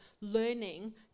learning